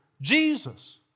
Jesus